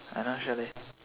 I not sure leh